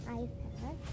iPad